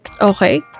Okay